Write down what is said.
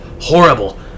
horrible